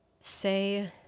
say